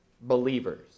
believers